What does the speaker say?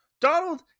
Donald